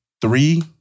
three